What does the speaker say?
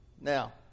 Now